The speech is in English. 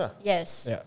Yes